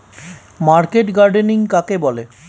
Market gardening কাকে বলে?